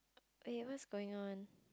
wait what's going on